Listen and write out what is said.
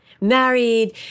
married